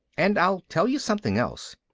and i'll tell you something else.